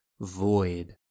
void